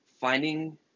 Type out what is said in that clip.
finding